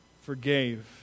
forgave